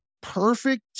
perfect